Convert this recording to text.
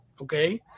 okay